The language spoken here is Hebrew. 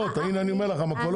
תהיינה קימות יותר.